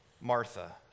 Martha